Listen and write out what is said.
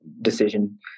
decision